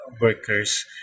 workers